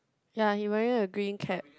ya he wearing a green cap